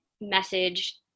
message